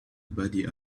body